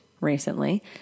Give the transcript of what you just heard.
recently